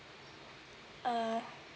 uh